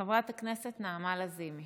חברת הכנסת נעמה לזימי,